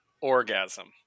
orgasm